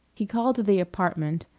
he called at the apartment,